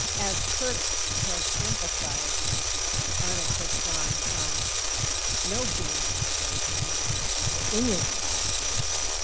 as kirk has emphasized the arctic has gone from no human habitation to inuit habitation.